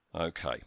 Okay